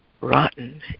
rotten